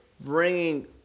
bringing